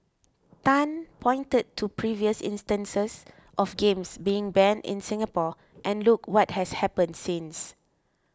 tan pointed to previous instances of games being banned in Singapore and look what has happened since